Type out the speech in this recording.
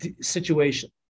situation